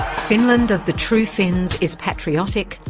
finland of the true finns is patriotic,